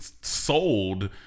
sold